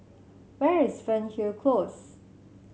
where is Fernhill Close